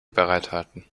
bereithalten